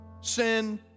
sin